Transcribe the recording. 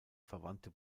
verwandte